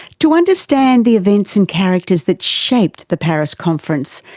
to understand the events and characters that shaped the paris conference,